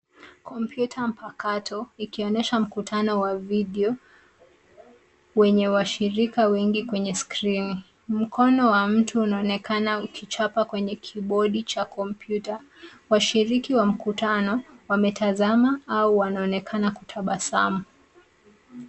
Kompyuta mpakato ikionyesha mkutano wa video wenye washirirka wengi kweneye skrini. Mkono wa mtu unaonekana ukichapa kwenye kibodi cha kompyuta. Washiriki wa mkutano wametazama au wanaonekana kutabasamu.